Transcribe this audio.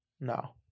no